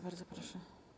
Bardzo proszę.